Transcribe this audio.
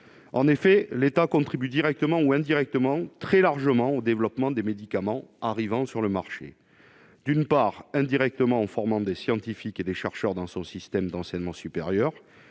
En effet, l'État contribue très largement au développement des médicaments arrivant sur le marché : indirectement, en formant des scientifiques et des chercheurs dans son système d'enseignement supérieur